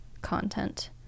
content